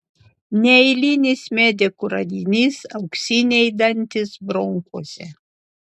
neeilinis medikų radinys auksiniai dantys bronchuose